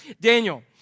Daniel